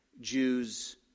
Jews